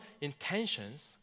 intentions